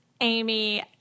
Amy